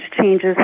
changes